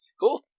Cool